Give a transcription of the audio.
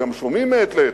וגם שומעים מעת לעת,